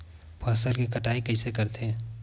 फसल के कटाई कइसे करथे?